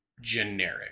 generic